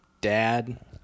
dad